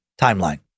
timeline